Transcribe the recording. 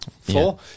Four